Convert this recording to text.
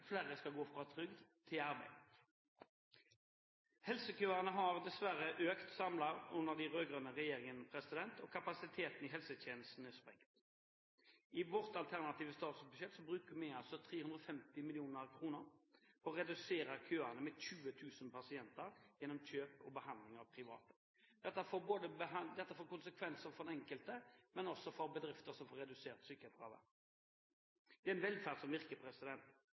flere skal gå fra trygd til arbeid. Helsekøene har dessverre økt samlet under den rød-grønne regjeringen, og kapasiteten i helsetjenesten er sprengt. I vårt alternative statsbudsjett foreslår vi 340 mill. kr for å redusere køene med 20 000 pasienter gjennom kjøp og behandling hos private. Dette får konsekvenser for den enkelte, men også for bedrifter som får redusert sykefravær. Det er en velferd som virker.